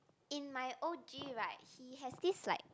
in my o_g right he has this like